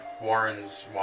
Warren's